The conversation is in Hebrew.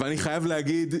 אני חייב להגיד,